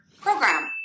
program